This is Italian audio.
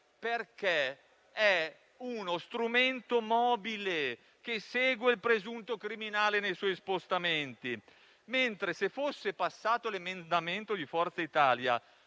perché è uno strumento mobile che segue il presunto criminale nei suoi spostamenti. Se fosse passato l'emendamento di Forza Italia